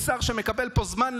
הוא שר שמקבל פה זמן,